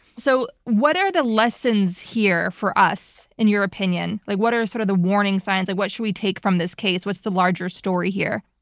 so what are the lessons here for us in your opinion? like what are sort of the warning signs? like what should we take from this case? what's the larger story here?